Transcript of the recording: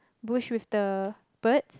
bush with the bird